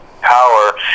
power